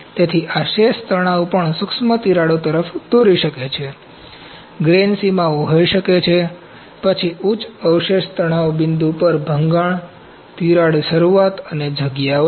તેથી આ શેષ તણાવ પણ સૂક્ષ્મ તિરાડો તરફ દોરી શકે છે ગ્રેન સીમાઓ હોઈ શકે છે પછી ઉચ્ચ અવશેષ તણાવ બિંદુ પર ભંગાણ તિરાડ શરૂવાત અને જગ્યાઓ છે